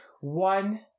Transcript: one